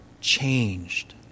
changed